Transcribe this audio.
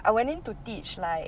I went in to teach like